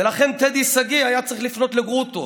ולכן טדי שגיא היה צריך לפנות לגרוטו.